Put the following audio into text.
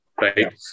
right